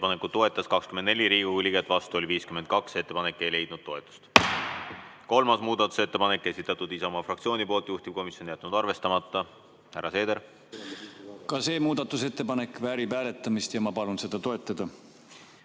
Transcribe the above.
Ettepanekut toetas 24 Riigikogu liiget, vastu oli 52. Ettepanek ei leidnud toetust. Kolmas muudatusettepanek. Esitatud Isamaa fraktsiooni poolt, juhtivkomisjon on jätnud arvestamata. Härra Seeder! Ka see muudatusettepanek väärib hääletamist ja ma palun seda toetada.